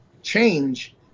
change